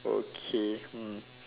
okay